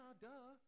duh